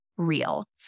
real